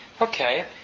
Okay